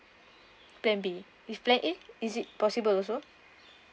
plan B if plan A is it possible also